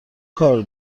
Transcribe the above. کار